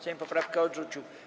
Sejm poprawkę odrzucił.